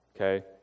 okay